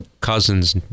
Cousins